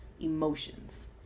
emotions